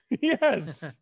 Yes